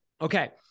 Okay